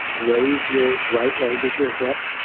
raise your right leg at your hip,